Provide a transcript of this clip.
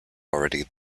already